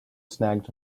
snagged